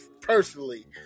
personally